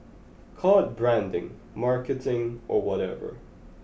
call it branding marketing or whatever